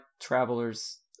travelers